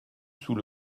sous